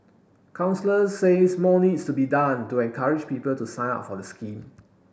counsellors says more needs to be done to encourage people to sign up for the scheme